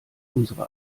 unsere